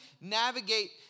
navigate